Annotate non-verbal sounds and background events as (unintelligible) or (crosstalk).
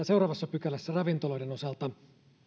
(unintelligible) seuraavassa pykälässä ravintoloiden osalta